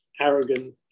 arrogant